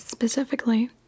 specifically